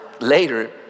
later